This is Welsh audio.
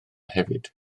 hefyd